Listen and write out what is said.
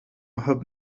أحب